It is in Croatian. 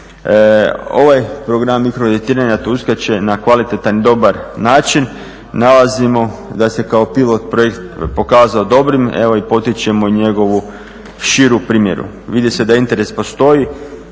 Ovaj program mikro kreditiranja tu uskače na kvalitetan i dobar način. Nalazimo da se kao pilot projekt pokazao dobrim. Evo i potičemo njegovu širu primjenu. Vidi se da interes postoji.